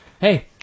Hey